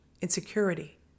insecurity